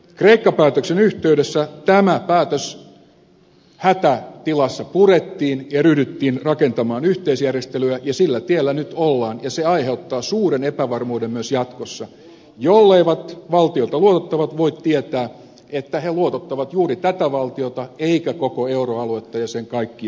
kreikka päätöksen yhteydessä tämä päätös hätätilassa purettiin ja ryhdyttiin rakentamaan yhteisjärjestelyä ja sillä tiellä nyt ollaan ja se aiheuttaa suuren epävarmuuden myös jatkossa jolleivät valtioita luotottavat voi tietää että he luotottavat juuri tätä valtiota eikä koko euroaluetta ja sen kaikkia jäsenmaita